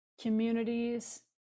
communities